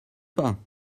pas